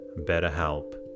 BetterHelp